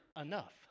enough